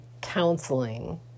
counseling